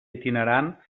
itinerant